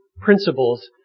principles